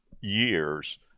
years